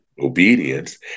obedience